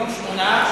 היום 8%,